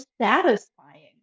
satisfying